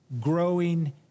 growing